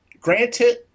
granted